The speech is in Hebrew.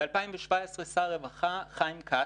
ב-2017 שר הרווחה בזמנו, חיים כץ,